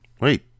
Wait